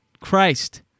Christ